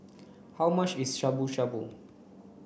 how much is Shabu shabu